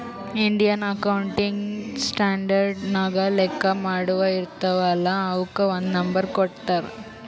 Indian accounting standard ನಾಗ್ ಲೆಕ್ಕಾ ಮಾಡಾವ್ ಇರ್ತಾವ ಅಲ್ಲಾ ಅವುಕ್ ಒಂದ್ ನಂಬರ್ ಕೊಟ್ಟಾರ್